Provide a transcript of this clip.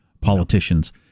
Politicians